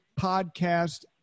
podcast